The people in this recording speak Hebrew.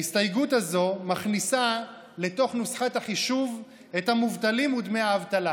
ההסתייגות הזאת מכניסה לתוך נוסחת החישוב את המובטלים ודמי האבטלה,